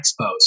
expos